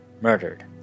murdered